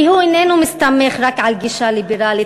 כי הוא איננו מסתמך רק על גישה ליברלית,